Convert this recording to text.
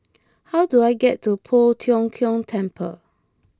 how do I get to Poh Tiong Kiong Temple